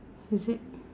is it